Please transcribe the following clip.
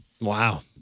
Wow